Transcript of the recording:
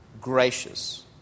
Gracious